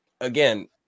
Again